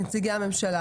נציגי הממשלה,